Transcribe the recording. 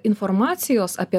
informacijos apie